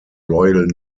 royal